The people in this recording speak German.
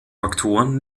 faktoren